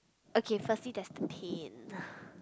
okay firstly there is the